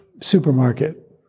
supermarket